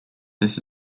this